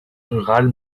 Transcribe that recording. rural